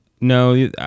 No